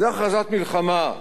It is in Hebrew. זאת הכרזת מלחמה.